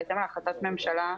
בהתאם להחלטת הממשלה,